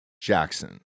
jackson